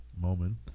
moment